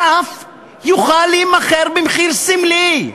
ואף יוכל להימכר במחיר סמלי,